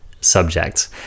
subjects